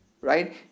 Right